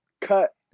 cut